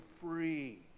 free